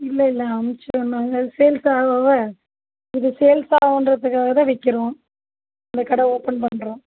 இல்லை இல்லை அனுப்பிச்சிருவோம் நாங்கள் சேல்ஸ் ஆக ஆக இது சேல்ஸ் ஆகுன்றத்துக்காக தான் வைக்கிறோம் இந்த கடை ஓப்பன் பண்ணுறோம்